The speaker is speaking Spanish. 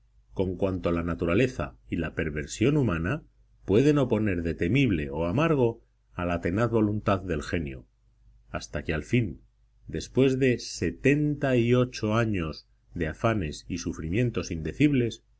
con cuanto la naturaleza y la perversión humana pueden oponer de temible o amargo a la tenaz voluntad del genio hasta que al fin después de setenta y ocho años de afanes y sufrimientos indecibles